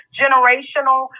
generational